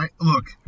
Look